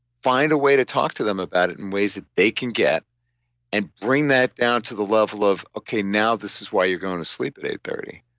find a way to talk to them about it in ways that they can get and bring that down to the level of okay, now this is why you're going to sleep at eight thirty